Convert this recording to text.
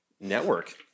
network